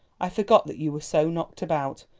i forgot that you were so knocked about.